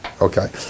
okay